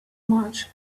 much